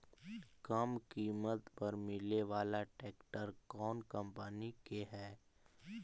कम किमत पर मिले बाला ट्रैक्टर कौन कंपनी के है?